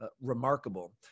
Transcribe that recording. remarkable